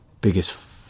biggest